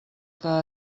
que